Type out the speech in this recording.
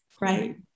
Right